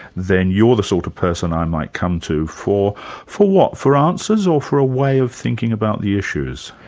then you're the sort of person i might come to for for what, for answers, or for a way of thinking about the issues?